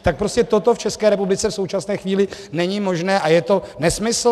Tak prostě toto v České republice v současné chvíli není možné a je to nesmysl.